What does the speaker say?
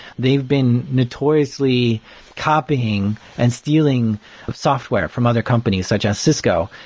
they've been notoriously copying and stealing software from other companies, such as cisco,